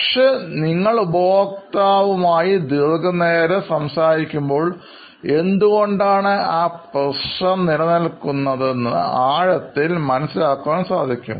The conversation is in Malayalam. പക്ഷേ നിങ്ങൾ ഉപഭോക്താവും ആയി ദീർഘനേരം സംവദിക്കുമ്പോൾ എന്തുകൊണ്ടാണ് ആ പ്രശ്നം നിലനിൽക്കുന്നതെന്നു ആഴത്തിൽ മനസ്സിലാക്കാൻ സാധിക്കും